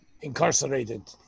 incarcerated